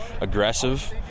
aggressive